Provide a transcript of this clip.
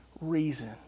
reason